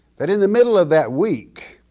that in the middle of that week,